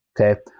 Okay